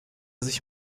sich